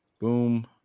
Boom